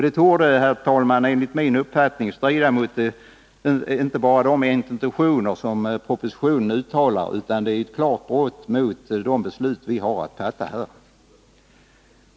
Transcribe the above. Det torde, herr talman, enligt min uppfattning strida inte bara mot intentionerna i propositionen utan också helt klart mot det beslut vi har att fatta här i dag.